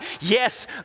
Yes